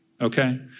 Okay